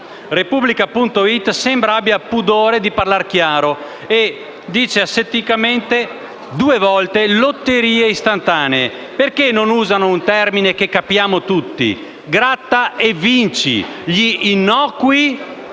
«Repubblica.it» sembra abbia pudore di parlare chiaro e dice asetticamente due volte «lotterie istantanee». Perché non si usa un termine che capiamo tutti? «Gratta e vinci»: gli innocui,